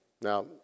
Now